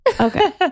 Okay